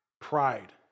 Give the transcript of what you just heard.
pride